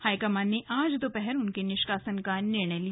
high command ने आज दोपहर उनके निष्कासन का निर्णय किया